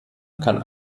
kann